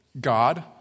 God